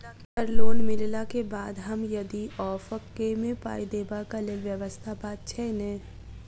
Sir loan मिलला केँ बाद हम यदि ऑफक केँ मे पाई देबाक लैल व्यवस्था बात छैय नै?